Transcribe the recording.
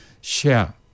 share